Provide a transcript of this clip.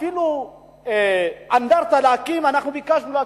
אפילו להקים אנדרטה ביקשנו.